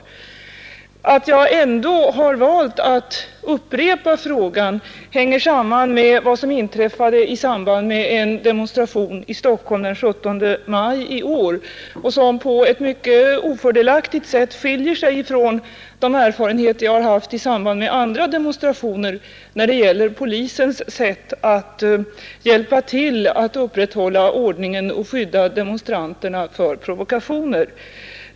Att dighet att skydda dighet att skydda demonstranter jag ändå har valt att upprepa frågan hänger samman med vad som inträffade i samband med en demonstration i Stockholm den 17 maj i år och som på ett mycket ofördelaktigt sätt skiljer sig från de erfarenheter jag har haft i samband med andra demonstrationer av polisens sätt att hjälpa till att upprätthålla ordningen och skydda demonstranterna för provokationer.